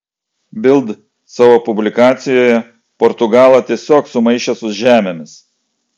bild savo publikacijoje portugalą tiesiog sumaišė su žemėmis